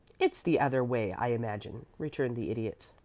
it's the other way, i imagine, returned the idiot.